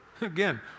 Again